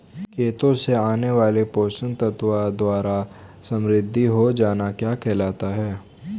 खेतों से आने वाले पोषक तत्वों द्वारा समृद्धि हो जाना क्या कहलाता है?